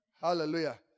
Hallelujah